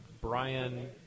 Brian